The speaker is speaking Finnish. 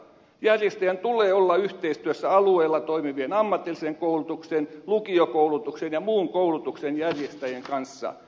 koulutuksen järjestäjän tulee olla yhteistyössä alueella toimivien ammatillisen koulutuksen lukiokoulutuksen ja muun koulutuksen järjestäjien kanssa